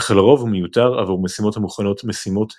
אך לרוב הוא מיותר עבור משימות המכונות "משימות המשך",